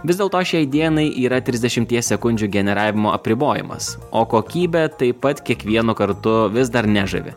vis dėlto šiai dienai yra trisdešimties sekundžių generavimo apribojimas o kokybė taip pat kiekvienu kartu vis dar nežavi